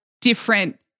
different